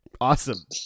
Awesome